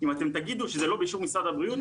אם אתם תגידו שזה לא באישור משרד הבריאות,